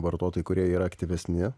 vartotojai kurie yra aktyvesni